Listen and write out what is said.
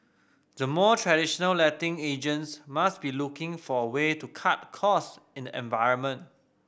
the more traditional letting agents must be looking for a way to cut costs in the environment